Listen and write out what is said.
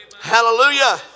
Hallelujah